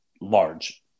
large